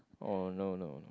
oh no no no